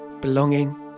belonging